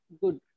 good